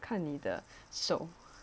看你的手